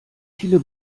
viele